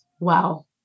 Wow